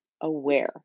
aware